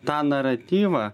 tą naratyvą